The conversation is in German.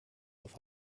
auf